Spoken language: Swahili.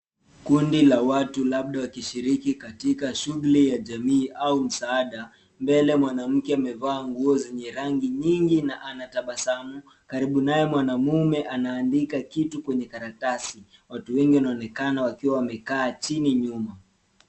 Kundi la watu labda wakishiriki katika shughuli ya jamii au msaada. Mbele mwanamke amevaa nguo zenye rangi nyingi na antabasamu. Karibu naye mwanamume anaandika kitu kwenye karatasi. Watu wengi wanaonekana wakiwa wamekaa chini nyuma.